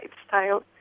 lifestyle